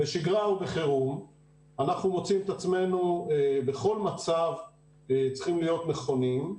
בשגרה ובחירום אנחנו מוצאים את עצמנו בכל מצב צריכים להיות נכונים,